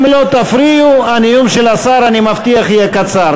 אם לא תפריעו, הנאום של השר, אני מבטיח, יהיה קצר.